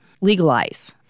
legalize